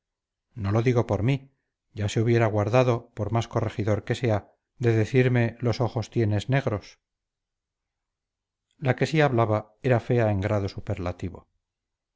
no lo digo por mí ya se hubiera guardado por más corregidor que sea de decirme los ojos tienes negros la que así hablaba era fea en grado superlativo